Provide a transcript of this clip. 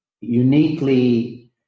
uniquely